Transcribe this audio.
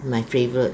my favourite